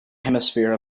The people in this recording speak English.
hemisphere